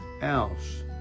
else